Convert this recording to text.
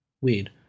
Weird